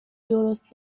درست